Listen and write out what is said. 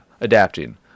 adapting